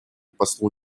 послу